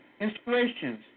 Inspirations